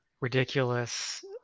ridiculous